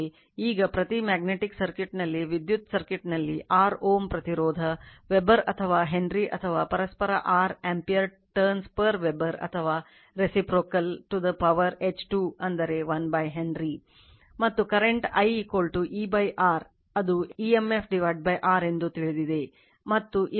ಈಗ ಪ್ರತಿ ಮ್ಯಾಗ್ನೆಟಿಕ್ ಸರ್ಕ್ಯೂಟ್ನಲ್ಲಿ ವಿದ್ಯುತ್ ಸರ್ಕ್ಯೂಟ್ನಲ್ಲಿ R ಓಮ್ ಪ್ರತಿರೋಧ ವೆಬರ್ ಅಥವಾ ಹೆನ್ರಿ ಅಥವಾ ಪರಸ್ಪರ R ampere turns per Weber ಅಥವಾ reciprocal henry to the power H 2 ಅಂದರೆ 1 ಹೆನ್ರಿ